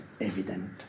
evident